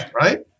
right